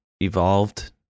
evolved